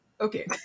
Okay